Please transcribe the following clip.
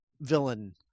villain